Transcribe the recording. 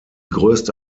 größte